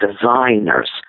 designers